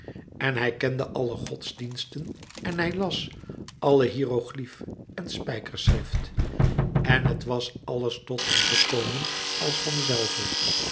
en hij kende alle godsdiensten en hij las alle hiëroglyf en spijkerschrift en het was alles tot hem gekomen als van zelve